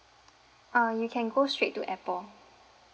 uh you can go straight to apple